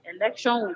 election